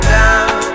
down